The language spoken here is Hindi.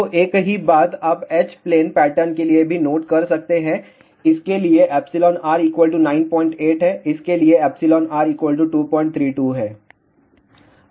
तो एक ही बात आप h प्लेन पैटर्न के लिए भी नोट कर सकते हैं इसके लिए εr 98 है इसके लिए εr 232 है